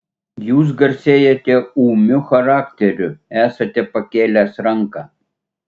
jūs garsėjate ūmiu charakteriu esate pakėlęs ranką